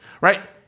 right